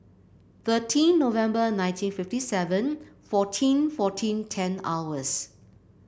thirteen November nineteen fifty seven fourteen fourteen ten hours